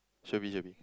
should be should be